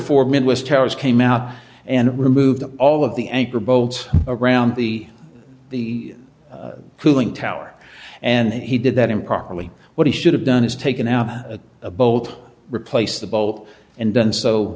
for midwest towers came out and removed all of the anchor bolts around the the cooling tower and he did that improperly what he should have done is taken out a bolt replaced the bolt and done so